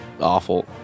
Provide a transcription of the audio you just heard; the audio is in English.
awful